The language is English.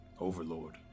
Overlord